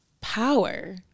power